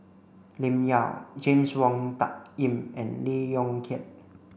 Lim Yau James Wong Tuck Yim and Lee Yong Kiat